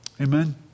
Amen